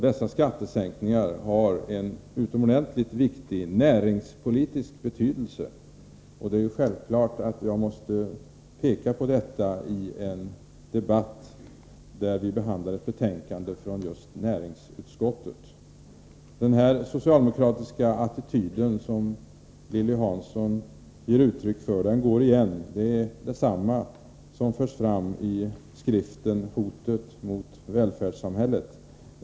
Dessa skattesänkningar har en utomordentligt stor näringspolitisk betydelse. Det är självklart att jag måste peka på det i en debatt som gäller ett betänkande från just näringsutskottet. Den socialdemokratiska attityd som Lilly Hansson intar går igen från skriften Hotet mot välfärdssamhället.